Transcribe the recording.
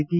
T